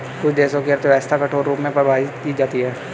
कुछ देशों की अर्थव्यवस्था कठोर रूप में परिभाषित की जाती हैं